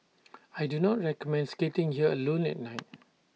I do not recommend skating here alone at night